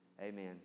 Amen